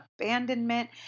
abandonment